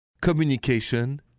Communication